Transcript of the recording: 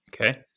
Okay